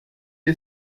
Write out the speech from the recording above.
est